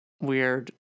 weird